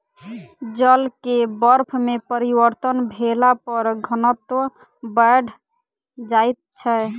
जल के बर्फ में परिवर्तन भेला पर घनत्व बैढ़ जाइत छै